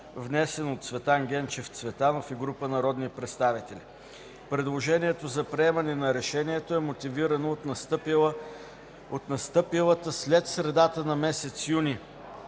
внесен от Цветан Генчев Цветанов и група народни представители. Предложението за приемане на Решението е мотивирано от настъпилата след средата на месец юни